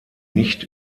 nicht